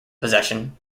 possession